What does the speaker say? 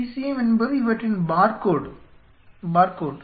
ECM என்பது இவற்றின் barcode